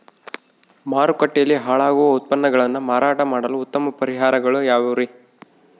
ಮಾರುಕಟ್ಟೆಯಲ್ಲಿ ಹಾಳಾಗುವ ಉತ್ಪನ್ನಗಳನ್ನ ಮಾರಾಟ ಮಾಡಲು ಉತ್ತಮ ಪರಿಹಾರಗಳು ಯಾವ್ಯಾವುರಿ?